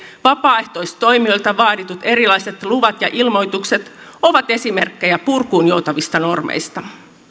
vapaaehtoistoimijoilta vaaditut erilaiset luvat ja ilmoitukset ovat esimerkkejä purkuun joutavista normeista